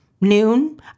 noon